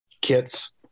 kits